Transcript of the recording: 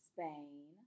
Spain